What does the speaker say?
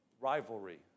rivalry